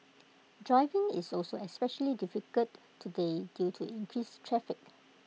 driving is also especially difficult today due to increased traffic